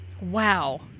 Wow